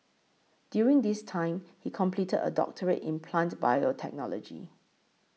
during this time he completed a doctorate in plant biotechnology